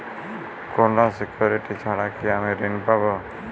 কোনো সিকুরিটি ছাড়া কি আমি ঋণ পাবো?